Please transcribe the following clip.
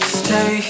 stay